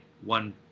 one